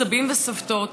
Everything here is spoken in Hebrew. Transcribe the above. סבים וסבתות,